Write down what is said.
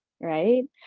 Right